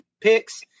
picks